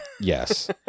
Yes